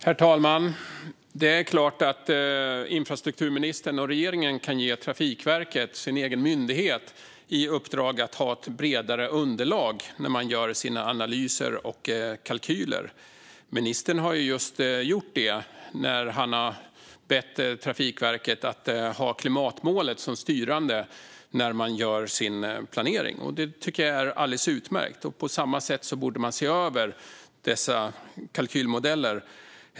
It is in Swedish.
Herr talman! Det är klart att infrastrukturministern och regeringen kan ge sin egen myndighet Trafikverket i uppdrag att ha ett bredare underlag när analyser och kalkyler görs. Ministern har just gjort det när han bad Trafikverket att ha klimatmålet som styrande när de gör sin planering. Det tycker jag är alldeles utmärkt. På samma sätt borde man se över dessa kalkylmodeller.